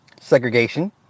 Segregation